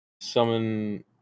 Summon